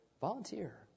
volunteer